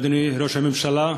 אדוני ראש הממשלה,